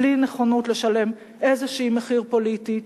בלי נכונות לשלם איזשהו מחיר פוליטי,